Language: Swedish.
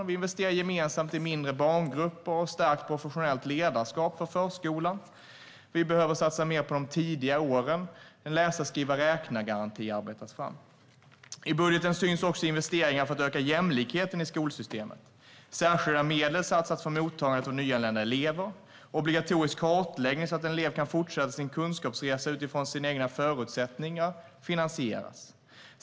Vi investerar gemensamt i mindre barngrupper och stärker professionellt ledarskap på förskolan. Vi behöver satsa mer på de tidiga åren. En läsa-skriva-räkna-garanti arbetas fram. I budgeten syns också investeringar för att öka jämlikheten i skolsystemet. Särskilda medel satsas för mottagande av nyanlända elever. Obligatorisk kartläggning, så att en elev kan fortsätta sin kunskapsresa utifrån sina egna förutsättningar, finansieras.